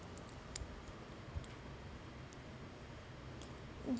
uh yeah